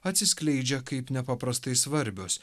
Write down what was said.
atsiskleidžia kaip nepaprastai svarbios